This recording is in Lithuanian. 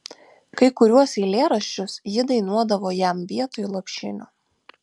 kai kuriuos eilėraščius ji dainuodavo jam vietoj lopšinių